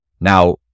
Now